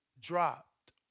dropped